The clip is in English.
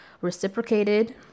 reciprocated